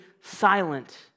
silent